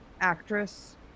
actress